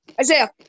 Isaiah